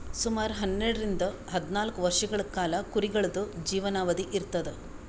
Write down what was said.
ಸುಮಾರ್ ಹನ್ನೆರಡರಿಂದ್ ಹದ್ನಾಲ್ಕ್ ವರ್ಷಗಳ್ ಕಾಲಾ ಕುರಿಗಳ್ದು ಜೀವನಾವಧಿ ಇರ್ತದ್